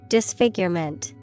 Disfigurement